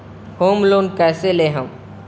Home loan कैसे लेहम?